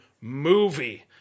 movie